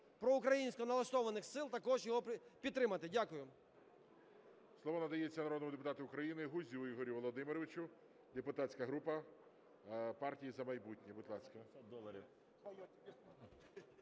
проукраїнсько налаштованих сил також його підтримати. Дякую. ГОЛОВУЮЧИЙ. Слово надається народному депутату України Гузю Ігорю Володимировичу, депутатська група "Партії "За майбутнє". Будь ласка.